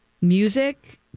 music